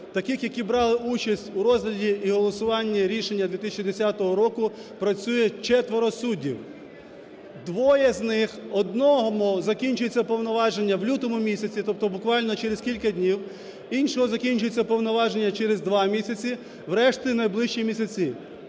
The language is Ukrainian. таких, які брали участь у розгляді і голосуванні рішення 2010 року, працює четверо суддів. Двоє з них: одному закінчуються повноваження в лютому місяці, тобто буквально через кілька днів, іншого закінчуються повноваження через два місяці, в решти – найближчі місяці.